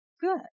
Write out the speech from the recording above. Good